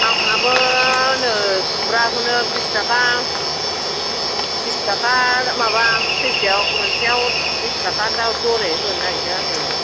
आंहाबो नै खुमब्राखौनो बिस्ताखा बिस्ताखा माबा सैसेयाव मोनसेयाव बिस्ताखा दाल दरै होनो नागिरदों आङो